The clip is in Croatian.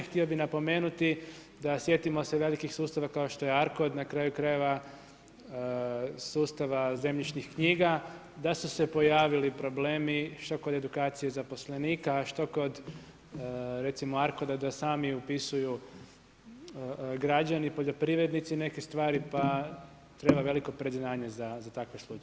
Htio bi napomenuti, da sjetimo se velikih sustava kao što je Arkod, na kraju krajeva sustava zemljišnih knjiga, da su se pojavili problemi što kod edukacije zaposlenika, a što kod recimo Arkoda da sami upisuju građani, poljoprivrednici neke stvari, pa treba veliko predznanje za takve slučajeve.